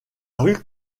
rue